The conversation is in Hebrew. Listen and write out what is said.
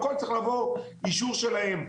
הכול צריך לעבור אישור שלהם.